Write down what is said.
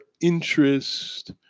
interest